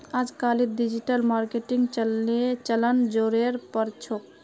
अजकालित डिजिटल मार्केटिंगेर चलन ज़ोरेर पर छोक